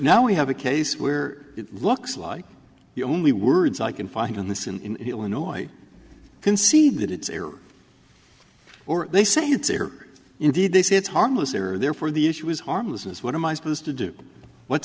now we have a case where it looks like the only words i can find on this in illinois i can see that it's air or they say it's or indeed they say it's harmless or therefore the issue is harmless is what am i supposed to do what